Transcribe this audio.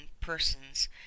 persons